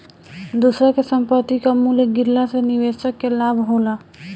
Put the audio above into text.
दूसरा के संपत्ति कअ मूल्य गिरला से निवेशक के लाभ होला